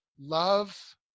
love